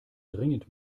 dringend